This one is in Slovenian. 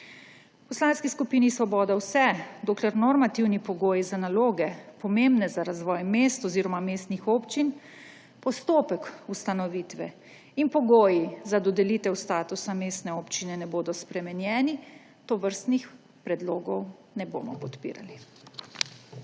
V Poslanski skupini Svoboda, vse dokler normativni pogoji za naloge, pomembne za razvoj mest oziroma mestnih občin, postopek ustanovitve in pogoji za dodelitev statusa mestne občine ne bodo spremenjeni, tovrstnih predlogov ne bomo podpirali.